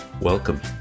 Welcome